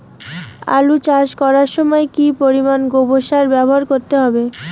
আলু চাষ করার সময় কি পরিমাণ গোবর সার ব্যবহার করতে হবে?